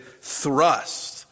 thrust